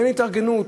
אין התארגנות,